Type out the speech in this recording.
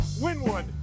Winwood